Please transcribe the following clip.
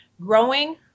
growing